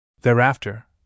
Thereafter